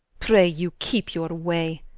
pray you keep your way,